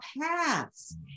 paths